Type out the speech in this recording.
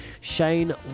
Shane